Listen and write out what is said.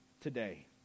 today